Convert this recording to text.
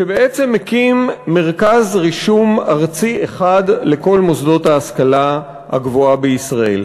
שבעצם מקים מרכז רישום ארצי אחד לכל מוסדות ההשכלה הגבוהה בישראל.